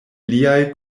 liaj